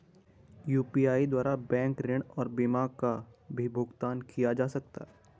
UPI द्वारा bank ऋण और बीमा का भी भुगतान किया जा सकता है?